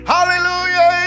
Hallelujah